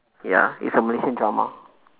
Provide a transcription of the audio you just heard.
ya it's a malaysian drama